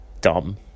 dumb